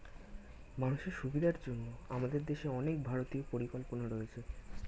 মানুষের সুবিধার জন্য আমাদের দেশে অনেক ভারতীয় পরিকল্পনা রয়েছে